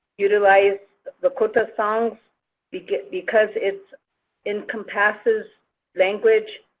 utilize lakota songs because because it encompasses language,